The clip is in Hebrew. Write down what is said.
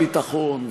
הביטחון,